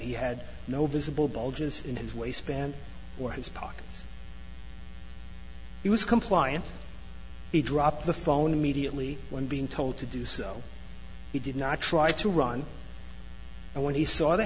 he had no visible bulges in his waistband or his pockets he was compliant he dropped the phone immediately when being told to do so he did not try to run and when he saw the